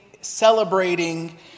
celebrating